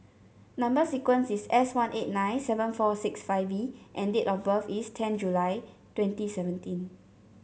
number sequence is S one eight nine seven four six five V and date of birth is ten July twenty seventeen